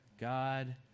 God